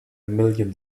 million